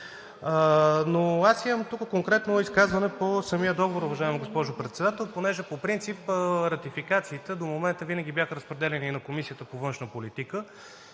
Но тук имам конкретно изказване по самия договор, уважаема госпожо Председател, понеже по принцип ратификациите до момента винаги бяха разпределяни на Комисията по външна политика,